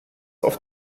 auf